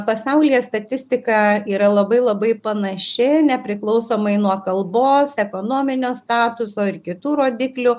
pasaulyje statistika yra labai labai panaši nepriklausomai nuo kalbos ekonominio statuso ir kitų rodiklių